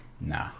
Nah